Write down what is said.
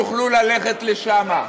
יוכלו ללכת לשם.